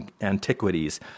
antiquities